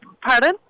Pardon